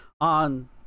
on